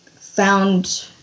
found